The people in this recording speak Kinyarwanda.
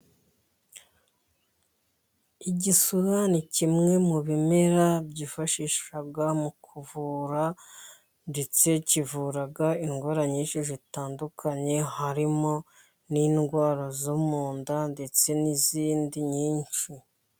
Igisura ni kimwe mu bimera, byifashishwa mu kuvura ndetse kivura indwara nyinshi zitandukanye, harimo n'indwara zo mu nda ndetse n'izindi nyinshi.